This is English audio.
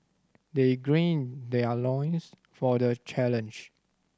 they green their loins for the challenge